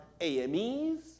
AMEs